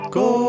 go